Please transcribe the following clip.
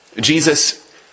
Jesus